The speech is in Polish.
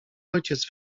ojciec